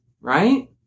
right